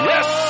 Yes